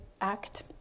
act